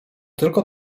tylko